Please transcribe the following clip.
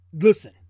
Listen